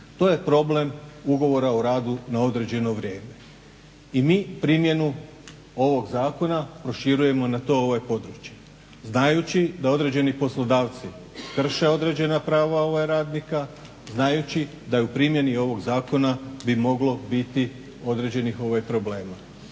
To je problem ugovora o radu na određeno vrijeme i mi primjenu ovog zakona proširujemo na to područje znajući da određeni poslodavci krše određena prava radnika, znajući da u primjeni ovog zakona bi moglo biti određenih problema.